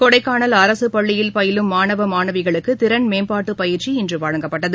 கொடைக்கானல் அரசு பள்ளியில் பயிலும் மாணவ மாணவிகளுக்கு திறன் மேம்பாட்டு பயிற்சி இன்று வழங்கப்பட்டது